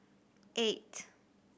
eight